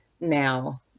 now